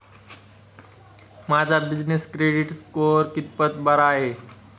माझा business credit score कितपत बरा आहे?